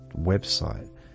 website